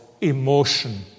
emotion